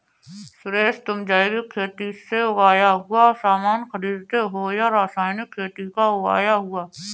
सुरेश, तुम जैविक खेती से उगाया हुआ सामान खरीदते हो या रासायनिक खेती का उगाया हुआ?